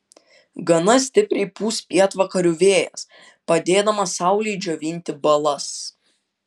gana stipriai pūs pietvakarių vėjas padėdamas saulei džiovinti balas